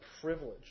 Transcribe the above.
privilege